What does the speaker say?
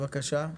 בבקשה.